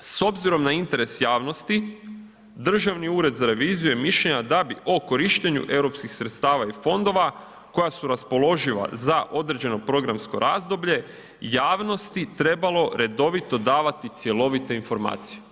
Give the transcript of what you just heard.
S obzirom na interesa javnosti Državni ured za reviziju je mišljenja da bi o korištenju eu sredstava i fondova koja su raspoloživa za određeno programsko razdoblje javnosti trebalo redovito davati cjelovite informacije.